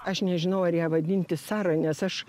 aš nežinau ar ją vadinti sara nes aš